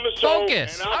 Focus